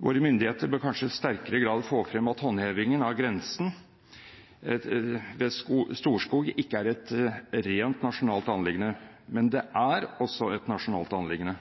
Våre myndigheter bør kanskje i sterkere grad få frem at håndhevingen av grensen ved Storskog ikke er et rent nasjonalt anliggende, men det er også et nasjonalt anliggende.